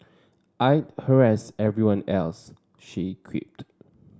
I'd harass everyone else she quipped